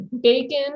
bacon